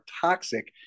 toxic